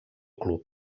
club